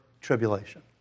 tribulation